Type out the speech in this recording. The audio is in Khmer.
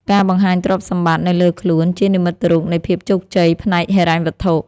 ការបង្ហាញទ្រព្យសម្បត្តិនៅលើខ្លួន ជានិមិត្តរូបនៃភាពជោគជ័យផ្នែកហិរញ្ញវត្ថុ។